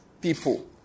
people